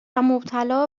مبتلا